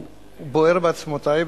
בוער בעצמותי,